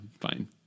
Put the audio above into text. fine